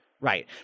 Right